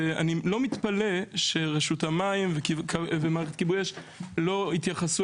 ואני לא מתפלא שרשות המים ומערכת כיבוי אש לא התייחסו